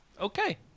Okay